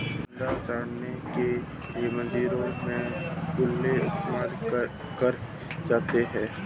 चन्दा इकट्ठा करने के लिए मंदिरों में भी गुल्लक इस्तेमाल करे जाते हैं